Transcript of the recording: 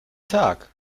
tag